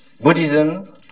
Buddhism